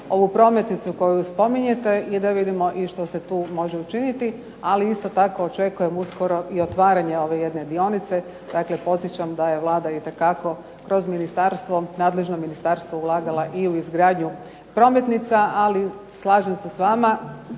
ovu prometnicu koju spominjete da vidimo što se tu može učiniti. Ali isto tako očekujem uskoro i otvaranje ove jedne dionice. Dakle, podsjećam da je Vlada itekako kroz nadležno ministarstvo ulagala i u izgradnju prometnica. Ali slažem se s vama.